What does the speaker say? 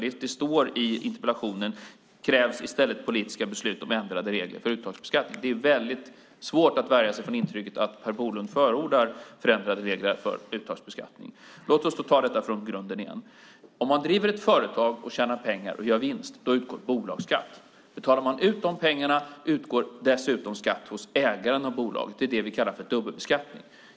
Det står i interpellationen att det i stället krävs politiska beslut om ändrade regler för uttagsbeskattning. Det är svårt att värja sig från intrycket att Per Bolund förordar förändrade regler för uttagsbeskattning. Låt mig ta detta från grunden igen. Om man driver ett företag, tjänar pengar och gör vinst utgår bolagsskatt. Betalar man ut dessa pengar utgår dessutom skatt hos ägaren av bolaget. Det är det som vi kallar för dubbelbeskattning.